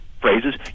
phrases